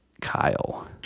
Kyle